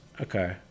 Okay